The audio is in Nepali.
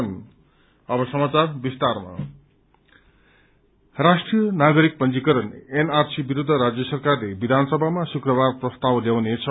एनआरसी राष्ट्रियू नागरिक पंजीकरण एनआरसी विरूद्ध राज्य सरकारले विधानसभामा शुक्कबार प्रस्ताव ल्याउनेछ